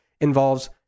involves